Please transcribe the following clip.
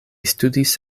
studis